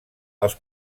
els